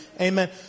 Amen